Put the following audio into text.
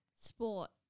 sport